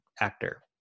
actor